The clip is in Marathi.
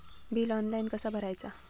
बिल ऑनलाइन कसा भरायचा?